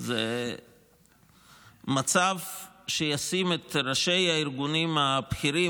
זה מצב שישים את ראשי הארגונים הבכירים